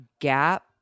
Gap